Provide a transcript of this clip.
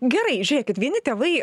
gerai žiūrėkit vieni tėvai